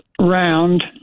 round